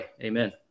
Amen